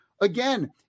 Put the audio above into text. again